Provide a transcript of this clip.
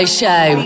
show